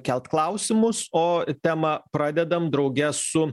kelt klausimus o temą pradedam drauge su